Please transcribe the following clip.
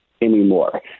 Anymore